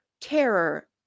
terror